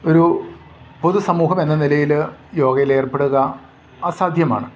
ഒരു പൊതു സമൂഹമെന്ന നിലയിൽ യോഗയിലേർപ്പെടുക അസാധ്യമാണ്